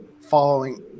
following